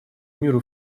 миру